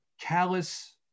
callous